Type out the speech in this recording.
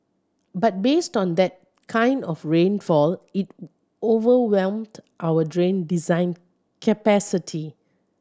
but based on that kind of rainfall it overwhelmed our drain design capacity